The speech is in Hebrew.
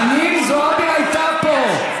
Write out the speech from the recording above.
חנין זועבי הייתה פה,